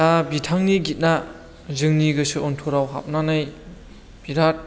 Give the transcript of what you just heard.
दा बिथांनि गितना जोंनि गोसो अनथराव हाबनानै बिराद